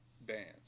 bands